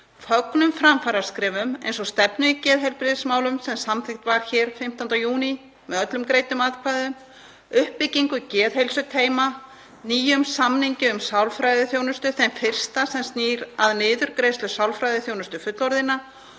Fögnum framfaraskrefum eins og stefnu í geðheilbrigðismálum sem samþykkt var hér 15. júní með öllum greiddum atkvæðum, uppbyggingu geðheilsuteyma, nýjum samningi um sálfræðiþjónustu, þeim fyrsta sem snýr að niðurgreiðslu sálfræðiþjónustu fullorðinna